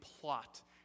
plot